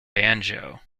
banjo